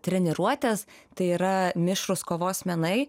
treniruotes tai yra mišrūs kovos menai